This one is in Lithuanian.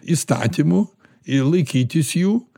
įstatymų ir laikytis jų